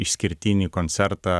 išskirtinį koncertą